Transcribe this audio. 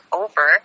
over